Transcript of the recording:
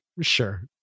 Sure